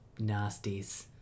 nasties